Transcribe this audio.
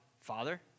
¿Father